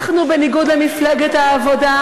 העתיד,